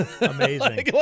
Amazing